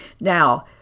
Now